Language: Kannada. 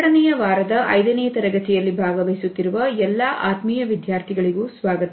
ಎರಡನೆಯ ವಾರದ 5ನೇ ತರಗತಿಯಲ್ಲಿ ಭಾಗವಹಿಸುತ್ತಿರುವ ಎಲ್ಲಾ ಆತ್ಮೀಯ ವಿದ್ಯಾರ್ಥಿಗಳಿಗೂ ಸ್ವಾಗತ